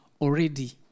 already